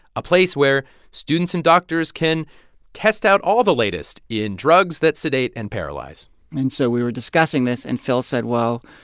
a place where students and doctors can test out all the latest in drugs that sedate and paralyze and so we were discussing this, and phil said, well,